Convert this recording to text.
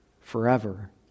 forever